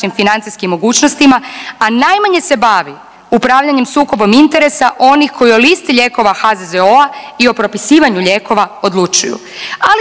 financijskim mogućnostima, a najmanje se bavi upravljanjem sukobom interesa onih koji o listi lijekova HZZO-a i o propisivanju odlučuju,